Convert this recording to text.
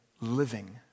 living